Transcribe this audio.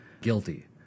Guilty